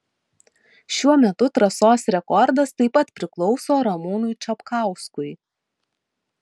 šiuo metu trasos rekordas taip pat priklauso ramūnui čapkauskui